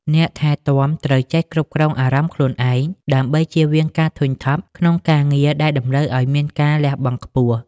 អ្នកថែទាំត្រូវចេះគ្រប់គ្រងអារម្មណ៍ខ្លួនឯង ដើម្បីចៀសវាងការធុញថប់ក្នុងការងារដែលតម្រូវឱ្យមានការលះបង់ខ្ពស់។